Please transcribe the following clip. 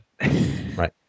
right